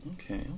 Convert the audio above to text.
Okay